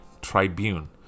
Tribune